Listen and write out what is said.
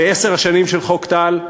בעשר השנים של חוק טל,